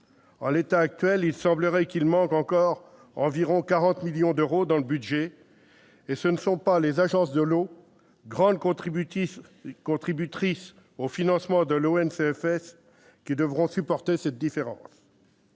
En l'état actuel, il semblerait qu'il manque encore environ 40 millions d'euros dans le budget, et ce ne sont pas les agences de l'eau, grandes contributrices au financement de l'ONCFS, qui devront supporter cette différence.